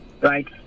right